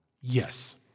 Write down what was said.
Yes